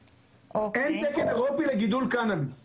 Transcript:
אין תקן אירופי לגידול קנאביס,